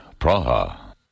Praha